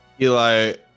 Eli